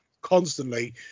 constantly